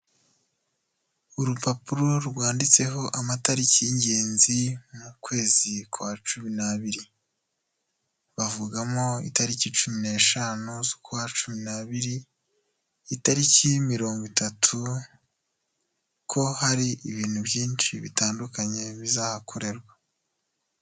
Urupapuro rwanditseho amatariki y'ingenzi mu kwezi kwa cumi n'abiri. Bavugamo itariki cumi n'eshanu z'ukwa cumi n'abiri, itariki mirongo itatu ko hari ibintu byinshi bitandukanye bizakorwamo.